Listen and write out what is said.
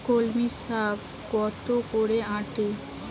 কলমি শাখ কত করে আঁটি?